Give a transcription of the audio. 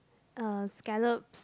uh scallops